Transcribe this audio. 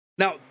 Now